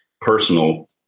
personal